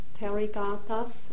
Terigatas